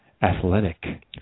Athletic